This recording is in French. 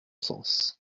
sens